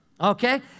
Okay